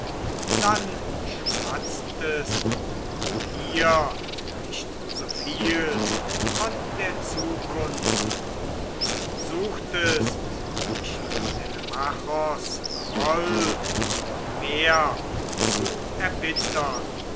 dann schwatztest du hier nicht so viel von der zukunft suchtest nicht telemachos groll noch mehr zu erbittern